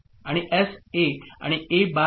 आणि एसए आणि A bar आहे